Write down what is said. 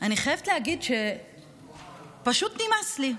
אני חייבת להגיד שפשוט נמאס לי.